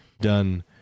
Done